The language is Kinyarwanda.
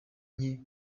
nke